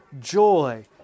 joy